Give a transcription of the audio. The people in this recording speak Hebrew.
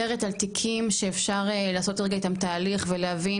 את מדברת על תיקים שאפשר לעשות איתם רגע תהליך ולהבין